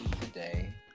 today